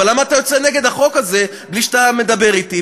אבל למה אתה יוצא נגד החוק הזה בלי שאתה מדבר אתי,